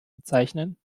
bezeichnen